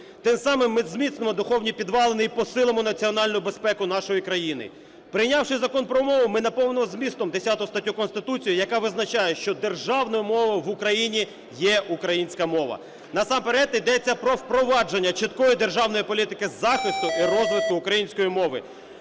тим самим ми зміцнимо духовні підвалини і посилимо національну безпеку нашої країни. Прийнявши Закон про мову ми наповнимо змістом 10 статтю Конституції, яка визначає, що державною мовою в Україні є українська мова. Насамперед ідеться про впровадження чіткої державної політики з захисту і розвитку української мови.